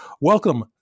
Welcome